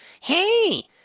Hey